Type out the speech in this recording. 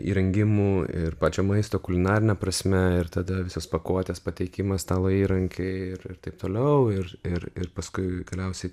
įrengimų ir pačio maisto kulinarine prasme ir tada visos pakuotės pateikimas stalo įrankiai ir taip toliau ir ir ir paskui galiausiai